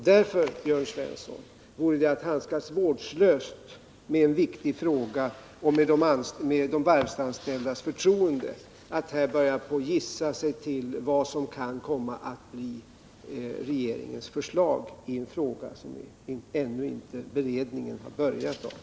Därför, Jörn Svensson, vore det att handskas vårdslöst med en viktig fråga och med de varvsanställdas förtroende att här börja på att gissa sig till vad som kan komma att bli regeringens förslag i en fråga som ännu inte börjat beredas.